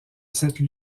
cette